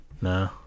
no